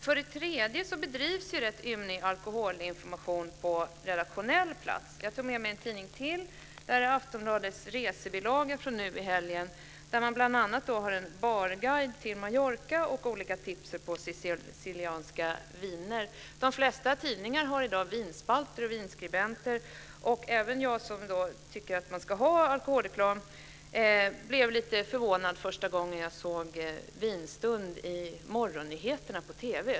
För det tredje bedrivs en rätt ymnig alkoholinformation på redaktionell plats. Jag har tagit med mig en tidning till, nämligen Aftonbladets resebilaga från den senaste helgen. Där har man bl.a. en barguide till Mallorca och olika tips på sicilianska viner. De flesta tidningar har i dag vinspalter och vinskribenter. Även jag som tycker att man ska ha alkoholreklam blev lite förvånad första gången jag såg en vinstund i morgonnyheterna på TV.